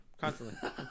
constantly